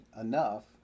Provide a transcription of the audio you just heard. enough